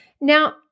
Now